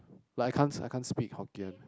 like I can't I can't speak Hokkien